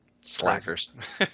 Slackers